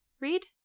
read